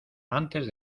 antes